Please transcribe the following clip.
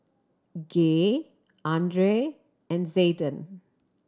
Gay Andrae and Zayden